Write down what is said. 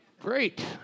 Great